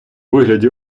вигляді